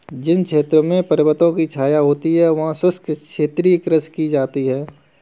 जिन क्षेत्रों में पर्वतों की छाया होती है वहां शुष्क क्षेत्रीय कृषि की जाती है